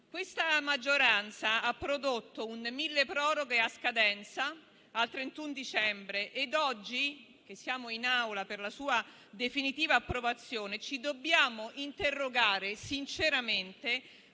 La maggioranza ha prodotto un provvedimento milleproroghe a scadenza, al 31 dicembre, ed oggi che siamo in Aula per la sua definitiva approvazione ci dobbiamo interrogare sinceramente